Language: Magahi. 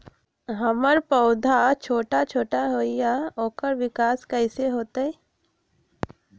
हमर पौधा छोटा छोटा होईया ओकर विकास कईसे होतई?